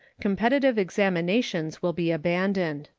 competitive examinations will be abandoned.